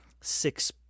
six